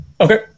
Okay